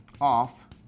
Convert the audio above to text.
off